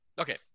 Okay